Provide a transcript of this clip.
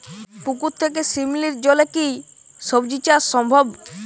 পুকুর থেকে শিমলির জলে কি সবজি চাষ সম্ভব?